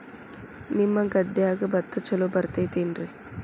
ನಿಮ್ಮ ಗದ್ಯಾಗ ಭತ್ತ ಛಲೋ ಬರ್ತೇತೇನ್ರಿ?